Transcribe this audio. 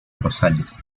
rosales